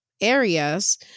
areas